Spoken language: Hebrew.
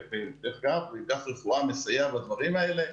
מצד שני אנחנו שומעים על מנהלי בתי חולים,